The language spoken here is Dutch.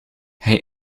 hij